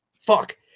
fuck